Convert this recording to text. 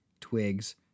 twigs